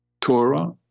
Torah